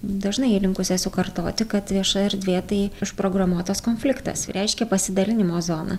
dažnai linkus esu kartoti kad vieša erdvė tai užprogramuotas konfliktas reiškia pasidalinimo zoną